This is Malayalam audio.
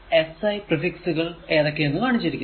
2 SI പ്രിഫിക്സുകൾ ഏതൊക്കെ എന്ന് കാണിച്ചിരിക്കുന്നു